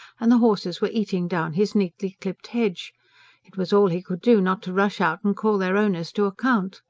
and the horses were eating down his neatly clipped hedge it was all he could do not to rush out and call their owners to account.